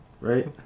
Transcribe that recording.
right